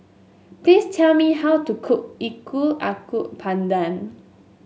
please tell me how to cook pandan